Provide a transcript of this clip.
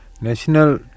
National